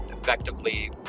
effectively